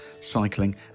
cycling